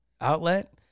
outlet